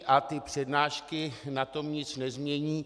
A ty přednášky na tom nic nezmění.